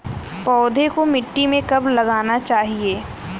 पौधे को मिट्टी में कब लगाना चाहिए?